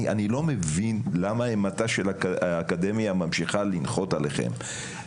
אני לא מבין למה אימתה של האקדמיה ממשיכה לנחות עליכם.